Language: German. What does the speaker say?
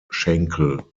schenkel